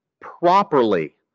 properly